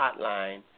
Hotline